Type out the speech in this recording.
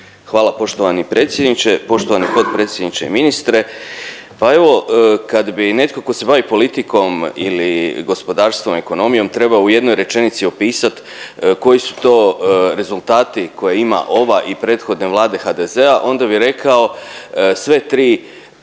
Hvala poštovani predsjedniče, poštovani potpredsjedniče i ministre. Pa evo kad bi, netko tko se bavi politikom ili gospodarstvom, ekonomijom, trebao u jednoj rečenici opisat koji su to rezultati koje ima ova i prethodne Vlade HDZ-a, onda bi rekao sve tri